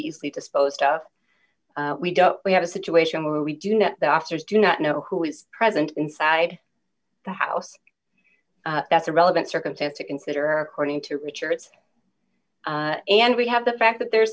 easily disposed of we don't we have a situation where we do know the officers do not know who is present inside the house that's a relevant circumstance to consider according to richards and we have the fact that the